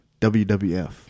WWF